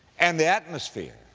and the atmosphere,